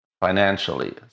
financially